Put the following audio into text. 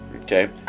Okay